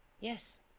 yes.